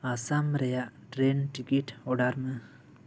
ᱟᱥᱟᱢ ᱨᱮᱭᱟᱜ train ticket order ᱢᱮ